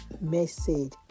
message